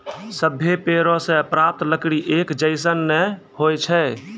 सभ्भे पेड़ों सें प्राप्त लकड़ी एक जैसन नै होय छै